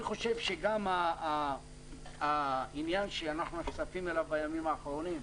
אני חושב שהעניין שאנחנו נחשפים אליו בימים האחרונים,